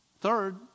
Third